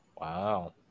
Wow